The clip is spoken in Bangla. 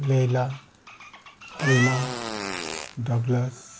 Loyola Alma Douglas